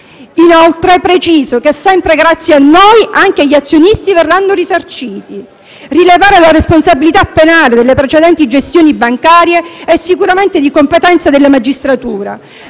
Inoltre, preciso che sempre grazie a noi anche gli azionisti verranno risarciti. Rilevare la responsabilità penale delle precedenti gestioni bancarie è sicuramente di competenza della magistratura,